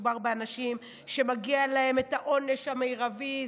ומדובר באנשים שמגיע להם העונש המרבי,